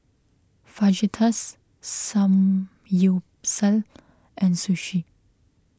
Fajitas Samgyeopsal and Sushi